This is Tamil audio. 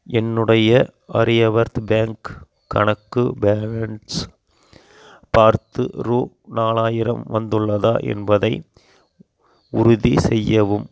என்னுடைய ஆரியவர்த் பேங்க் கணக்கு பேலன்ஸ் பார்த்து ரூபா நாலாயிரம் வந்துள்ளதா என்பதை உறுதி செய்யவும்